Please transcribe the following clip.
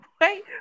Wait